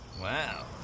Wow